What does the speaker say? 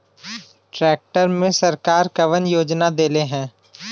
Tractor मे सरकार कवन योजना देले हैं?